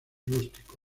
rústico